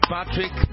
Patrick